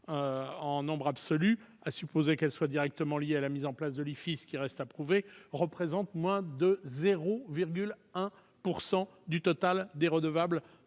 de 256 -, à supposer qu'elle soit directement liée à la mise en place de l'IFI, ce qui reste à prouver, représente moins de 0,1 % du total des redevables